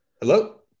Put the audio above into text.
Hello